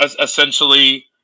essentially